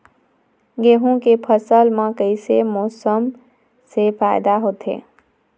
गेहूं के फसल म कइसे मौसम से फायदा होथे?